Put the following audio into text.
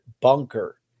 bunker